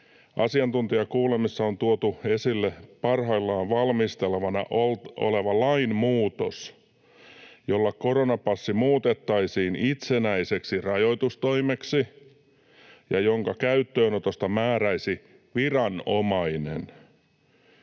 ”Asiantuntijakuulemisessa on tuotu esille parhaillaan valmisteltavana oleva lainmuutos, jolla koronapassi muutettaisiin itsenäiseksi rajoitustoimeksi ja jonka käyttöönotosta määräisi viranomainen.”